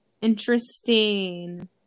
Interesting